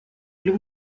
lou